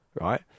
right